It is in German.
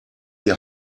die